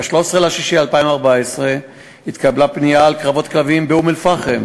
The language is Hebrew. ב-13 ביוני 2014 התקבלה פנייה על קרבות כלבים באום-אלפחם,